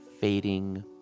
fading